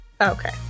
Okay